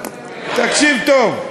נראה לי שאתה, תקשיב טוב.